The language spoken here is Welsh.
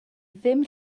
ddim